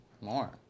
more